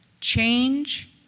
Change